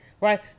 right